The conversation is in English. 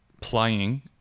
playing